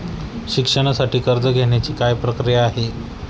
शिक्षणासाठी कर्ज घेण्याची काय प्रक्रिया आहे?